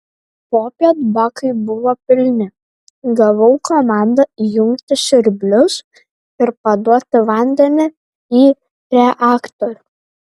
popiet bakai buvo pilni gavau komandą įjungti siurblius ir paduoti vandenį į reaktorių